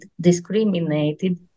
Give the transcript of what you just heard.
discriminated